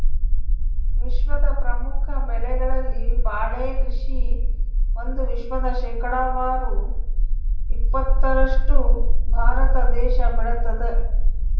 ವಿಶ್ವದ ಪ್ರಮುಖ ಬೆಳೆಗಳಲ್ಲಿ ಬಾಳೆ ಕೃಷಿ ಒಂದು ವಿಶ್ವದ ಶೇಕಡಾವಾರು ಇಪ್ಪತ್ತರಷ್ಟು ಭಾರತ ದೇಶ ಬೆಳತಾದ